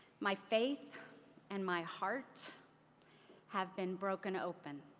my faith and my heart have been broken open.